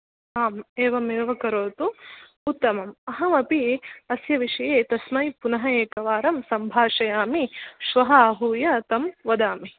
आम् एवमेव करोतु उत्तमम् अहमपि अस्य विषये तस्मै पुनः एकवारं सम्भाषयामि श्वः आहूय तं वदामि